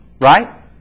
right